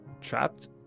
trapped